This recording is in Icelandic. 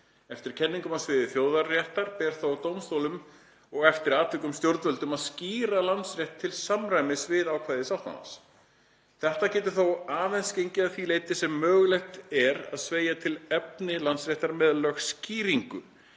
Eftir kenningum á sviði þjóðaréttar ber þó dómstólum og eftir atvikum stjórnvöldum að skýra landsrétt til samræmis við ákvæði sáttmálans. Þetta getur þó aðeins gengið að því leyti sem mögulegt er að sveigja til efni landsréttar með lögskýringu,